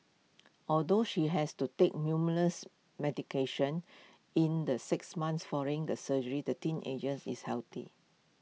although she has to take numerous medications in the six months following the surgery the teenagers is healthy